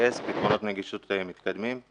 פתרונות נגישות מתקדמים.